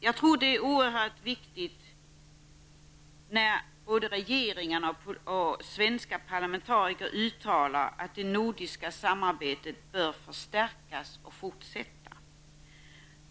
Jag tror att det är oerhört viktigt att både regeringarna och de svenska parlamentarikerna uttalar att det nordiska samarbetet bör förstärkas och fortsätta.